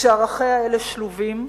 כשערכיה אלה שלובים,